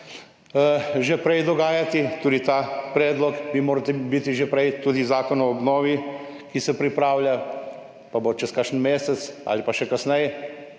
že prej dogajati, tudi ta predlog bi moral biti že prej, tudi zakon o obnovi, ki se pripravlja pa bo čez kakšen mesec ali pa še kasneje,